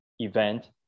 event